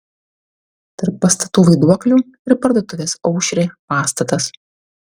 tarp pastatų vaiduoklių ir parduotuvės aušrė pastatas